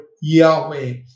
Yahweh